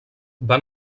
van